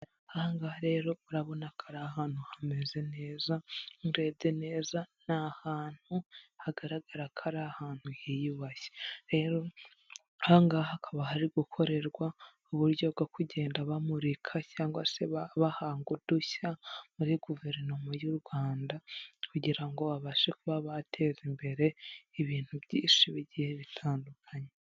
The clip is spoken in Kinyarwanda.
Aha ngaha rero urabona ko ari ahantu hameze neza, urebye neza ni ahantu hagaragara ko ari ahantu hiyubashye, rero aha ngaha hakaba hari gukorerwa uburyo bwo kugenda bamurika cyangwa se bahanga udushya muri guverinoma y'u Rwanda kugira ngo babashe kuba bateza imbere, ibintu byinshi bigiye bitandukanye.